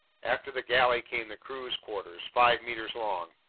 after the galley came the crew's quarters, five meters long.